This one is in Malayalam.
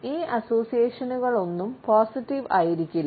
ഈ അസോസിയേഷനുകളൊന്നും പോസിറ്റീവ് ആയിരിക്കില്ല